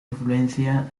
influencia